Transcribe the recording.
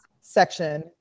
section